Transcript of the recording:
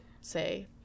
say